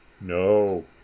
no